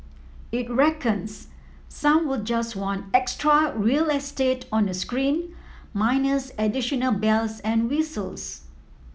it reckons some will just want extra real estate on a screen minus additional bells and whistles